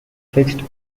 fixed